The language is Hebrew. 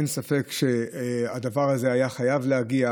אין ספק שהדבר הזה היה חייב להגיע.